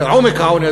עומק העוני,